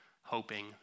hoping